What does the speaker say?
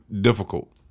difficult